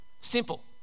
Simple